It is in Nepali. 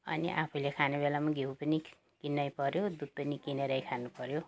अनि आफूले खाने बेलामा घिउ पनि किन्नै पऱ्यो दुध पनि किनेरै खानु पऱ्यो